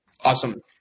Awesome